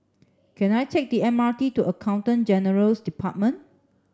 can I take the M R T to Accountant General's Department